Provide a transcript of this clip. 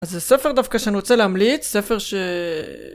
אז הספר דווקא שאני רוצה להמליץ, ספר ש...